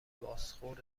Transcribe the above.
بازخورد